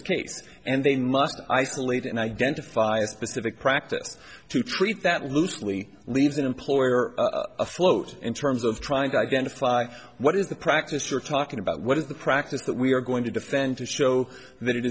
case and they must isolate and identify a specific practice to treat that loosely leaves an employer afloat in terms of trying to identify what is the practice we're talking about what is the practice that we are going to defend to show that it